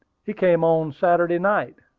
he came on saturday night.